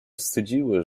wstydziły